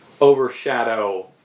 overshadow